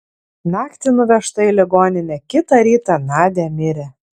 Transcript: naktį nuvežta į ligoninę kitą rytą nadia mirė